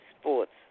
sports